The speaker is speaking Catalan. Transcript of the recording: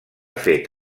fet